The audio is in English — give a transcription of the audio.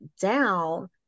down